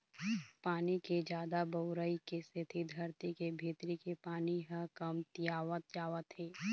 पानी के जादा बउरई के सेती धरती के भीतरी के पानी ह कमतियावत जावत हे